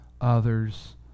others